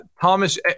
Thomas